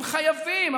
הם חייבים,